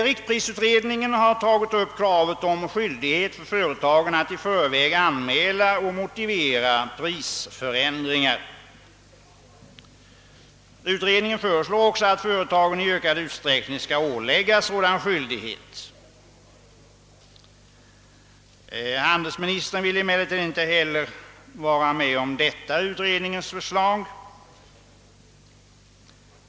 Riktprisutredningen har tagit upp kravet på skyldighet för företagen att i förväg anmäla och motivera prisförändringar. Utredningen föreslår också att företagen i ökad utsträckning skall åläggas sådan skyldighet. Handelsministern vill emellertid inte heller vara med på detta utredningens förslag.